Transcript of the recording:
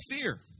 fear